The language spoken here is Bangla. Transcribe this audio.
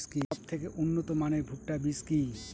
সবথেকে উন্নত মানের ভুট্টা বীজ কি?